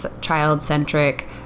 child-centric